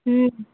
हुँ